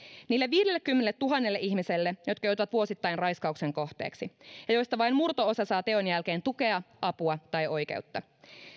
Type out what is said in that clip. niille viidellekymmenelletuhannelle ihmiselle jotka joutuvat vuosittain raiskauksen kohteeksi ja joista vain murto osa saa teon jälkeen tukea apua tai oikeutta